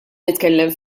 nitkellem